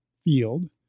field